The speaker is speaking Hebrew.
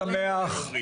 שמח.